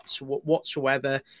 whatsoever